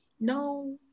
No